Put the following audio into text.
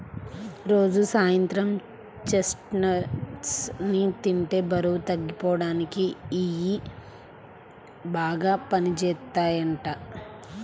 రోజూ సాయంత్రం చెస్ట్నట్స్ ని తింటే బరువు తగ్గిపోడానికి ఇయ్యి బాగా పనిజేత్తయ్యంట